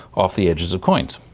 off the edges of coins.